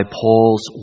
Paul's